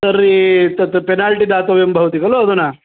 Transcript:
तर्हि तत् पेनाल्टि दातव्यं भवति ख लु अधुना